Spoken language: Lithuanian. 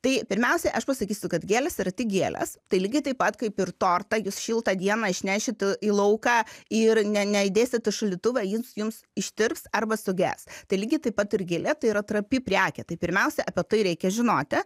tai pirmiausiai aš pasakysiu kad gėlės yra tik gėlės tai lygiai taip pat kaip ir tortą jūs šiltą dieną išnešit į lauką ir ne neįdėsit į šaldytuvą jis jums ištirps arba suges tai lygiai taip pat ir gėlė tai yra trapi prekė tai pirmiausia apie tai reikia žinoti